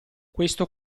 questo